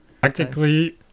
Practically